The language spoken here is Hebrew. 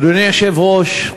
אדוני היושב-ראש,